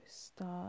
start